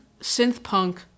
synth-punk